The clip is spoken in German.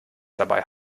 dabei